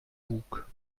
bug